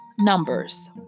numbers